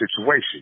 situation